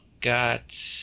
got